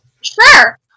Sure